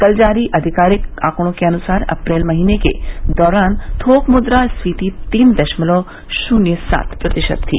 कल जारी आधिकारिक आंकड़ों के अनुसार अप्रैल महीने के दौरान थोक मुद्रा स्फीति तीन दशमलव शुन्य सात प्रतिशत थी